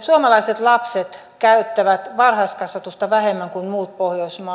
suomalaiset lapset käyttävät varhaiskasvatusta vähemmän kuin muut pohjoismaat